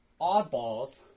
oddballs